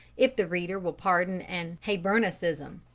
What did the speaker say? if the reader will pardon an hibernianism.